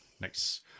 Nice